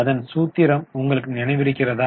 அதன் சூத்திரம் உங்களுக்கு நினைவிருக்கிறதா